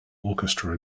orchestra